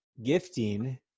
Gifting